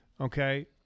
okay